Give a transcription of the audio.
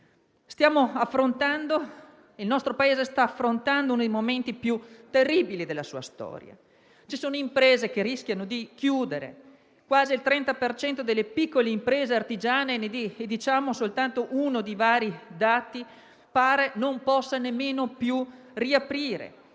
di provvedervi. Il nostro Paese sta affrontando uno dei momenti più terribili della sua storia. Ci sono imprese che rischiano di chiudere; quasi il 30 per cento delle piccole imprese artigiane - per citare soltanto uno dei vari dati - pare non possa nemmeno più riaprire.